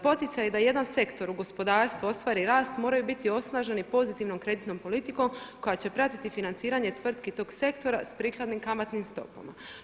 Poticaji da jedan sektor u gospodarstvu ostvari rast moraju biti osnaženi pozitivnom kreditnom politikom koja će pratiti financiranje tvrtki tog sektora s prikladnim kamatnim stopama.